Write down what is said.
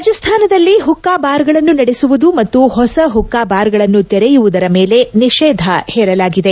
ರಾಜಸ್ಥಾನದಲ್ಲಿ ಹುಕ್ಕಾ ಬಾರ್ ಗಳನ್ನು ನಡೆಸುವುದು ಮತ್ತು ಹೊಸ ಹುಕ್ಕಾ ಬಾರ್ ಗಳನ್ನು ತೆರೆಯುವುದರ ಮೇಲೆ ನಿಷೇಧ ಹೇರಲಾಗಿದೆ